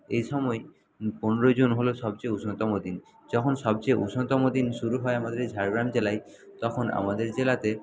এই সময় পনেরোই জুন হল সবচেয়ে উষ্ণতম দিন যখন সবচেয়ে উষ্ণতম দিন শুরু হয় আমাদের এই ঝাড়গ্রাম জেলায় তখন আমাদের জেলাতে